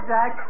Jack